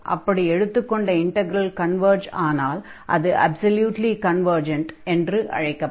அப்படி எடுத்துக் கொண்ட இன்டக்ரல் கன்வர்ஜ் ஆனால் அது அப்ஸல்யூட்லி கன்வர்ஜன்ட் என்று அழைக்கப்படும்